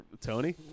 Tony